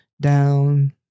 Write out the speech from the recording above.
down